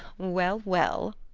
well, well.